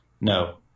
No